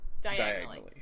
diagonally